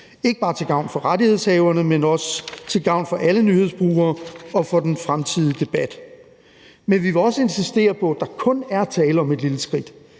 ikke bare til gavn for rettighedshaverne, men også til gavn for alle nyhedsbrugere og for den fremtidige debat. Men vi vil også insistere på, at der kun er tale om et lille skridt.